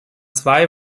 zwei